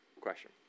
question